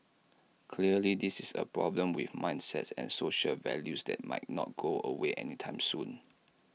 clearly this is A problem with mindsets and social values that might not go away anytime soon